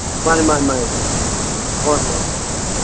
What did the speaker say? ꯃꯥꯅꯤ ꯃꯥꯅꯤ ꯃꯥꯅꯤ ꯍꯣꯏ ꯍꯣꯏ ꯍꯣꯏ